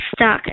stuck